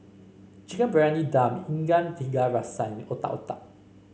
Chicken Briyani Dum Ikan Tiga Rasa and Otak Otak